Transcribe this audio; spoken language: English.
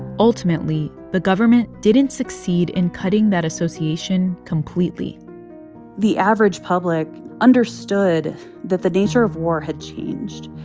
ultimately, the government didn't succeed in cutting that association completely the average public understood that the nature of war had changed.